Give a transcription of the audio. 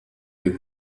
you